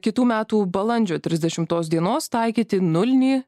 kitų metų balandžio trisdešimtos dienos taikyti nulinį